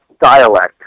dialect